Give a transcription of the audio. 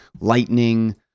Lightning